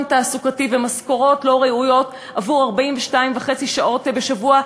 תעסוקתי ומשכורות לא ראויות עבור 42.5 שעות בשבוע,